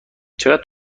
چقدر